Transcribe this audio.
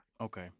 Okay